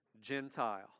Gentile